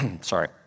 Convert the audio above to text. sorry